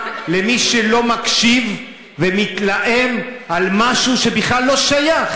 מי שלא מקשיב ומתלהם על משהו שבכלל לא שייך.